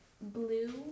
blue